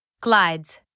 glides